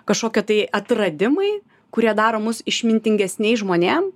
kažkokie tai atradimai kurie daro mus išmintingesniais žmonėm